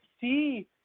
see